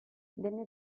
venne